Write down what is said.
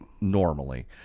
normally